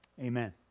Amen